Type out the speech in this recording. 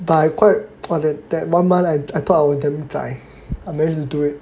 but I quite !wah! that that one month I thought I was damn zai I managed to do it